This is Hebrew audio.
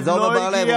אבל זה עמר בר לב,